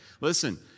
Listen